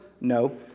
No